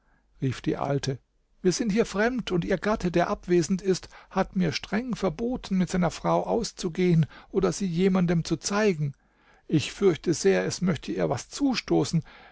rief die alte wir sind hier fremd und ihr gatte der abwesend ist hat mir streng verboten mit seiner frau auszugehen oder sie jemandem zu zeigen ich fürchte sehr es möchte ihr was zustoßen